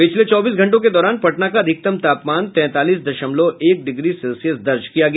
पिछले चौबीस घंटों के दौरान पटना का अधिकतम तापमान तैंतालीस दशमलव एक डिग्री सेल्सियस दर्ज किया गया